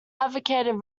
advocated